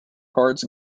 cards